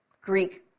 Greek